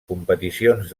competicions